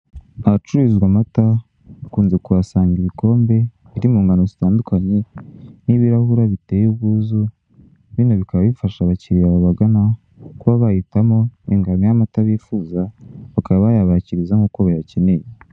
Ahacururizwa amata ukunze kuhasanga ibikombe biri mungano zitandukanye nibirahure buteye ubwuzu bino bikaba bifasha abakiriya babagana kuba bahitamo ingano yamata bifuza bakaba bayabakiriza nkuko bayakeneye.